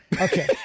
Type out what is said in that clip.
Okay